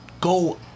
go